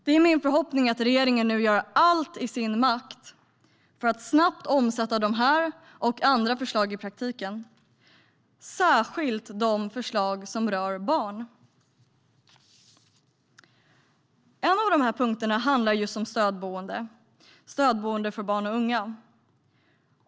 Det är min förhoppning att regeringen gör allt i sin makt för att snabbt omsätta de här och andra förslag i praktiken, särskilt de förslag som rör barn. En av punkterna handlar just om stödboende för barn och unga.